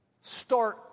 Start